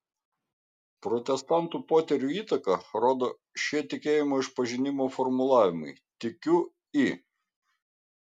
protestantų poterių įtaką rodo šie tikėjimo išpažinimo formulavimai tikiu į